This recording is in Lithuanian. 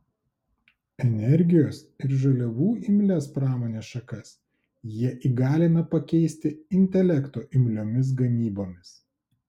energijos ir žaliavų imlias pramonės šakas jie įgalina pakeisti intelekto imliomis gamybomis